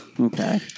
Okay